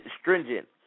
stringent